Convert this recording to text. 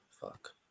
Fuck